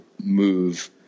move